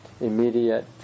immediate